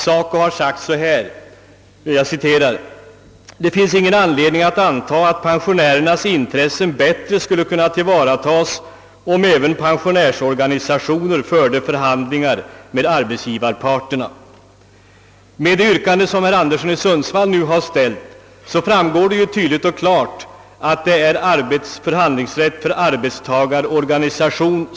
SACO har nämligen bl.a. uttalat följande: »Det finns ingen anledning att anta, att pensionärernas intressen bättre skulle kunna tillvaratas, om även pensionärsorganisationer förde ”förhandlingar” med arbetsgivarparterna.» Av det yrkande som herr Anderson i Sundsvall nu ställt framgår det tydligt att det gäller förhandlingsrätt för arbetstagarorganisation.